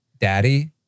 daddy